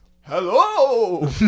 Hello